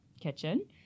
kitchen